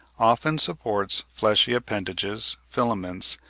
often supports fleshy appendages, filaments,